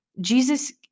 Jesus